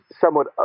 somewhat